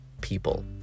people